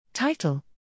Title